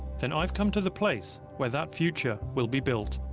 then i've come to the place where that future will be built.